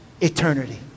eternity